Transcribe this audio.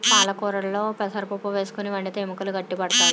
పాలకొరాకుల్లో పెసరపప్పు వేసుకుని వండితే ఎముకలు గట్టి పడతాయి